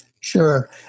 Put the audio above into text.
Sure